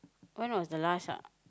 when was the last ah